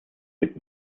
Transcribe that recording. wird